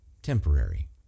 temporary